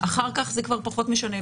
אחר כך זה כבר פחות משנה.